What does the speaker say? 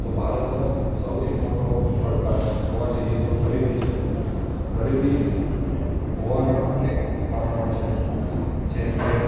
તો ભારતનો સૌથી મોટો પડકાર જોવા જઈએ તો ગરીબી છે ગરીબી હોવાના અનેક કારણો છે જેમકે